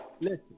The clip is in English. Listen